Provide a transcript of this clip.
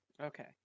Okay